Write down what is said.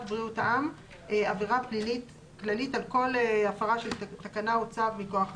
בריאות העם עבירה פלילית כללית על כל הפרה של תקנה או צו מכוח החוק.